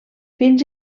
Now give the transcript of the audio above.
fins